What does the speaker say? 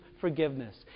forgiveness